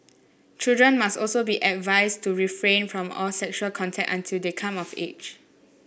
children must also be advised to refrain from all sexual contact until the come of age